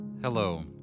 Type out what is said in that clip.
Hello